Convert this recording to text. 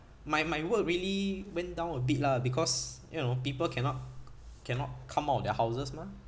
my my work really went down a bit lah because you know people cannot cannot come out of their houses mah